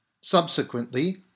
Subsequently